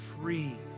free